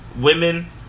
women